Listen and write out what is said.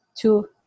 Two